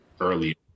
early